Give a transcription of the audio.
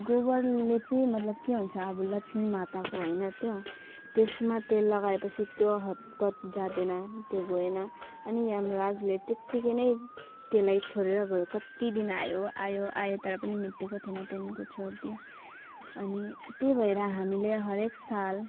गोबरले चाहिँ मतलब के हुन्छ अब लक्ष्मी माताको होइन त्यो त्यसमा तेल लगाए पछि त्यो हतपत जाँदैन त्यो गएन अनि यमराजले त्यतिकै नै त्यसलाई छोडेर गयो कति दिन आयो आयो आयो तर पनि मिटिएको थिएन त्यहाँदेखिको छोडदियो अनि त्यही भएर हामीले हरेक साल